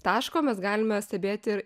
taško mes galime stebėti